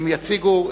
הם יציגו.